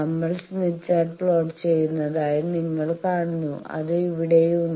നമ്മൾ Smith chart plot ചെയ്യുന്നതായി നിങ്ങൾ കാണുന്നു അത് ഇവിടെയുണ്ട്